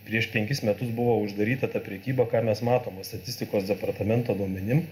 prieš penkis metus buvo uždaryta tą prekyba ką ir mes matom statistikos departamento duomenim